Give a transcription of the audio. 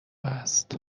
هست